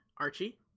Archie